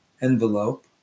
envelope